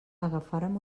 agafarem